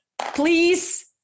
Please